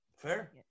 Fair